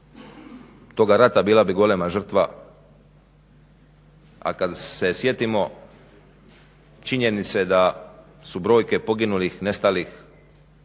toga rata bila bi golema žrtva, a kad se sjetimo činjenice da su brojke poginulih, nestalih,